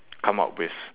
come up with